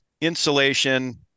insulation